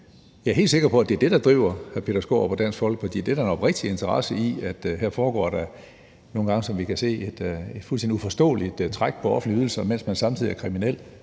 jeg er helt sikker på, at det, der driver hr. Peter Skaarup og Dansk Folkeparti, er deres oprigtige interesse, i forhold til at her foregår der et – kan vi se nogle gange – fuldstændig uforståeligt træk på offentlige ydelser til nogle, mens de samtidig er kriminelle.